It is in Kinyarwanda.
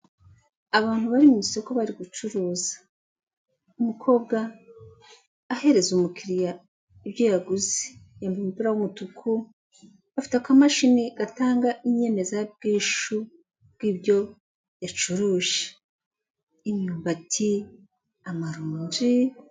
Abantu bari mu isoko bari gucuruza. Umukobwa ahereza umukiriya ibyo yaguze. Yambaye umupira w’ umutuku afite akamashini atanga inyemezabwishu bw’ibyo yacuruje. Imyumbati, amarongi